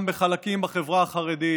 גם בחלקים בחברה החרדית,